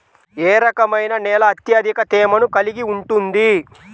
ఏ రకమైన నేల అత్యధిక తేమను కలిగి ఉంటుంది?